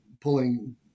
pulling